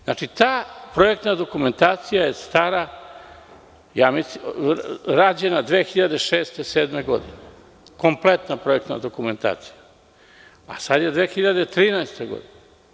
Znači, ta projektna dokumentacija je stara, rađena 2006, 2007. godine, kompletna projektna dokumentacija, a sada je 2013. godina.